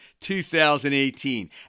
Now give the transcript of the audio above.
2018